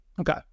Okay